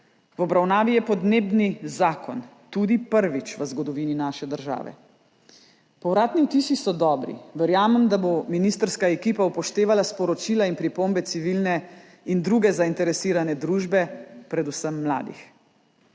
V obravnavi je podnebni zakon tudi prvič v zgodovini naše države. Povratni vtisi so dobri. Verjamem, da bo ministrska ekipa upoštevala sporočila in pripombe civilne in druge zainteresirane družbe, predvsem mladih.